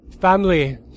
Family